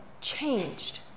changed